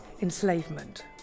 enslavement